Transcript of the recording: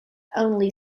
only